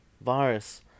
virus